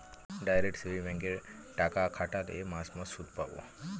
direct savings ব্যাঙ্কে টাকা খাটোল মাস মাস সুদ পাবো